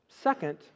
Second